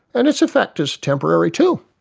and its effect is temporary too.